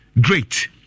great